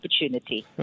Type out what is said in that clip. opportunity